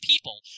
people